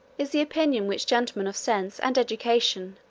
is the opinion which gentlemen of sense and education,